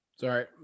sorry